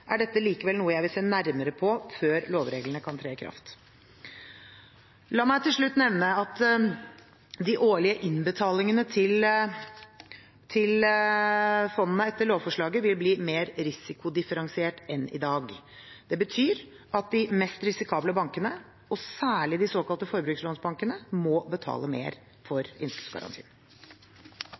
er dette likevel noe jeg vil se nærmere på før lovreglene kan tre i kraft. La meg til slutt nevne at de årlige innbetalingene til fondene etter lovforslaget vil bli mer risikodifferensiert enn i dag. Det betyr at de mest risikable bankene, og særlig de såkalte forbrukslånsbankene, må betale mer for innskuddsgarantien.